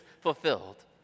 fulfilled